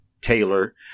Taylor